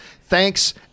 Thanks